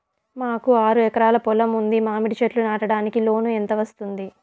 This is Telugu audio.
మాకు ఆరు ఎకరాలు పొలం ఉంది, మామిడి చెట్లు నాటడానికి లోను ఎంత వస్తుంది?